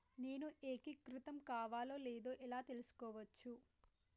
నేను ఏకీకృతం కావాలో లేదో ఎలా తెలుసుకోవచ్చు?